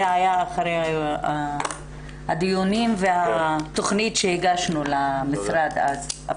זה היה אחרי הדיונים והתוכנית שהגשנו למשרד אז.